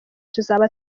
tuzaba